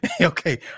okay